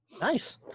Nice